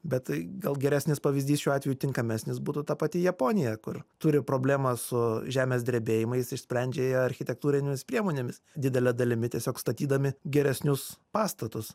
bet tai gal geresnis pavyzdys šiuo atveju tinkamesnis būtų ta pati japonija kur turi problemą su žemės drebėjimais išsprendžia ją architektūrinėmis priemonėmis didele dalimi tiesiog statydami geresnius pastatus